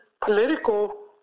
political